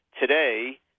today